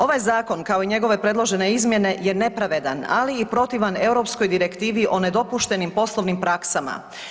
Ovaj zakon kao i njegove predložene izmjene je nepravedan, ali i protivan Europskoj direktivi o nedopuštenim poslovnim praksama.